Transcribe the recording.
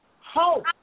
hope